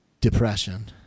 depression